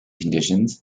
conditions